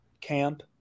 camp